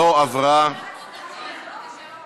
התשע"ה 2015, נתקבלה.